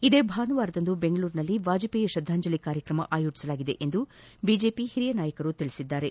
ಇದೇ ಭಾನುವಾರದಂದು ಬೆಂಗಳೂರಿನಲ್ಲಿ ವಾಜಪೇಯಿ ಶ್ರದ್ದಾಂಜಲಿ ಕಾರ್ಯಕ್ರಮ ಆಯೋಜಿಸಲಾಗಿದೆ ಎಂದು ಬಿಜೆಪಿ ಹಿರಿಯ ನಾಯಕರು ತಿಳಿಸಿದ್ದಾರೆ